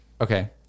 Okay